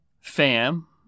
Fam